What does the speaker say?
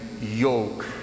yoke